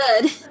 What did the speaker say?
good